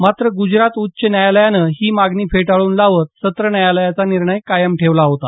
मात्र ग्जरात उच्च न्यायालयानं ही मागणी फेटाळून लावत सत्र न्यायालयाचा निर्णय कायम ठेवला होता